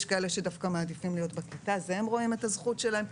יש כאלה שדווקא מעדיפים להיות בכיתה והם רואים את הזכות שלהם.